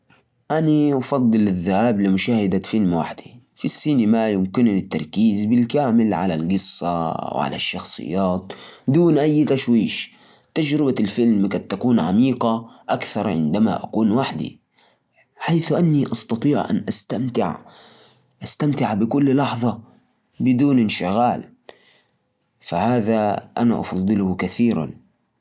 أفضل أروح أشوف فيلم وحدي لأنه أحس إنه فيه متعه في مشاهدة الفيلم بطريقتي الخاصة ممكن أستمتع بالجو وأركز على القصة بدون أي إزعاج بينما تناول الغداء وحدي يكون شوي ممل وأحب أشارك اللحظة مع أحد وأتناقش معه عن الأكل